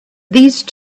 these